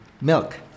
milk